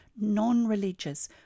non-religious